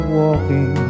walking